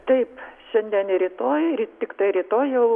taip šiandien ir rytoj tiktai rytoj jau